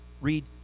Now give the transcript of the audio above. Read